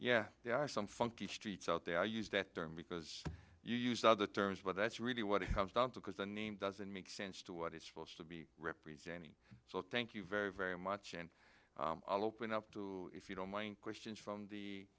yeah there are some funky streets out there i used that term because you use other terms but that's really what it comes down to because the name doesn't make sense to what it's supposed to be representing so thank you very very much and i'll open up if you don't mind questions from the